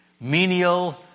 Menial